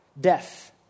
death